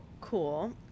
cool